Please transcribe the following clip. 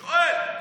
אני שואל.